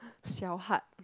小 hard